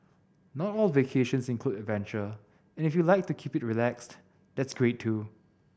not all vacations include adventure and if you like to keep it relaxed that's great too